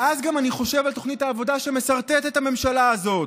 ואז אני חושב גם על תוכנית העבודה שמסרטטת הממשלה הזאת.